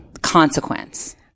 consequence